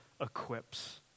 equips